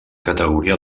categoria